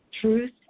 Truth